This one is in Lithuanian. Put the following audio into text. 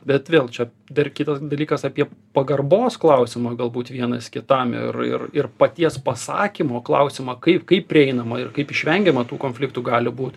bet vėl čia dar kitas dalykas apie pagarbos klausimą galbūt vienas kitam ir ir ir paties pasakymo klausimą kaip kaip prieinama ir kaip išvengiama tų konfliktų gali būt